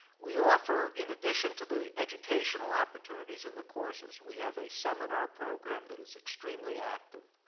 we offer, in addition to the educational opportunities and the courses, we have a seminar program that is extremely active.